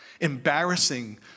embarrassing